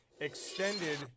extended